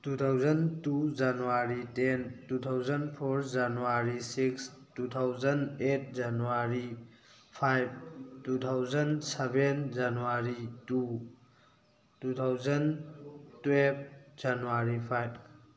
two thousand two January ten two thousand four January six two thousand eight January five two thousand seven January two two thousand twelve January five